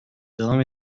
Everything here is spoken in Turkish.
devam